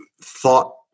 thought